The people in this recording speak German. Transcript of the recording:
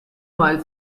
mal